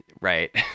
right